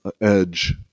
edge